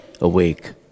awake